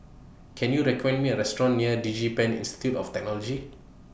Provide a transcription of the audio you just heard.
Can YOU recommend Me A Restaurant near Digipen Institute of Technology